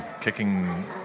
kicking